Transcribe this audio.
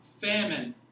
famine